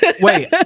Wait